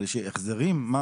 החזרים?